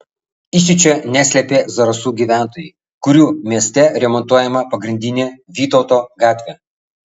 įsiūčio neslėpė zarasų gyventojai kurių mieste remontuojama pagrindinė vytauto gatvė